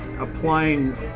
applying